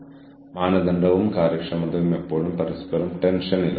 അതിനാൽ സംവേദനാത്മക നെറ്റ്വർക്കിംഗിനൊപ്പം വരുന്ന ചില ടെൻഷനുകൾ ഇവയാണ്